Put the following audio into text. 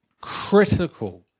critical